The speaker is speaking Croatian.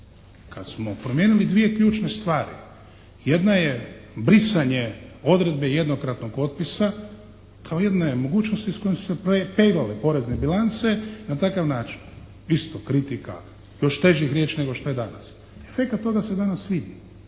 Kad smo promijenili dvije ključne stvari. Jedna je brisanje odredbe jednokratnog otpisa kao jedne mogućnosti s kojom su se peglale porezne bilance na takav način. Isto kritika, još težih riječi nego što je danas. Efekat toga se danas vidi.